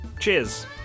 Cheers